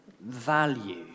value